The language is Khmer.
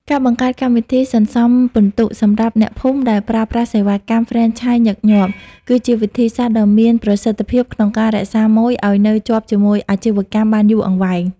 ការបង្កើត "កម្មវិធីសន្សំពិន្ទុ" សម្រាប់អ្នកភូមិដែលប្រើប្រាស់សេវាកម្មហ្វ្រេនឆាយញឹកញាប់ គឺជាវិធីសាស្ត្រដ៏មានប្រសិទ្ធភាពក្នុងការរក្សាម៉ូយឱ្យនៅជាប់ជាមួយអាជីវកម្មបានយូរអង្វែង។